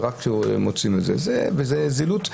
זה זילות.